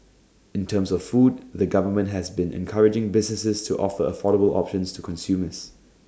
in terms of food the government has been encouraging businesses to offer affordable options to consumers